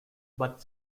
but